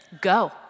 Go